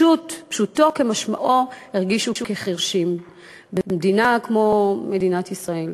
פשוטו כמשמעו הרגישו כחירשים במדינה כמו מדינת ישראל,